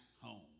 home